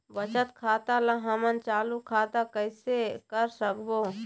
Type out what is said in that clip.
बचत खाता ला हमन चालू खाता कइसे कर सकबो?